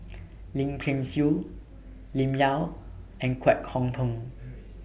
Lim Kay Siu Lim Yau and Kwek Hong Png